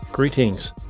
Greetings